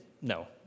No